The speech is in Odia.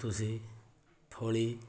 ଭୂତୁସି ଫଳି